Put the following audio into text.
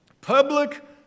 Public